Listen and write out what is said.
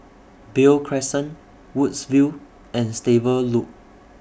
Beo Crescent Woodsville and Stable Loop